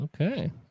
Okay